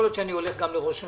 יכול להיות שגם אלך לראש הממשלה.